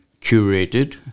curated